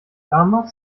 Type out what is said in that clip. lamas